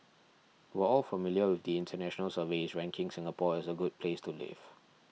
we're all familiar with the international surveys ranking Singapore as a good place to live